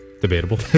Debatable